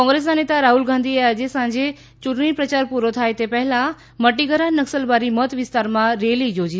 કોંગ્રેસના નેતા રાહલ ગાંધીએ સાંજે યૂંટણી પ્રચાર પૂરો થાય તે પહેલાં મટિગરા નક્સલબારી મત વિસ્તારમાં રેલી યોજી હતી